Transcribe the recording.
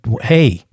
Hey